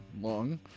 long